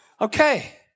Okay